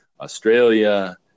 Australia